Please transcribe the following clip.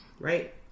right